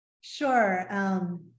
Sure